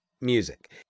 music